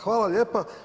Hvala lijepa.